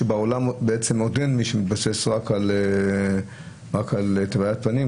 שבעולם בעצם עוד אין מי שמתבסס רק על טביעת פנים,